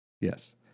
Yes